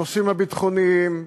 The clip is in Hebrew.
הנושאים הביטחוניים,